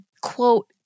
quote